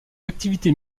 activités